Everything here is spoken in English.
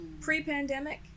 Pre-pandemic